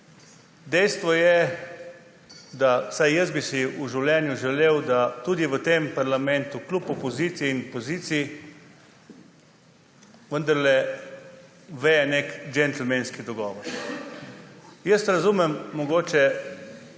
Dejstvo je, vsaj jaz bi si v življenju želel, da tudi v tem parlamentu kljub opoziciji in poziciji vendarle veje nek džentelmenski dogovor. Razumem mogoče